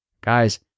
Guys